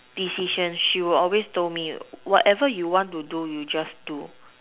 decision she will always told me whatever you want to do you just do